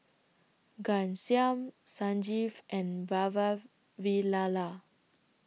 Ghanshyam Sanjeev and Vavilala